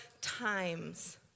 Times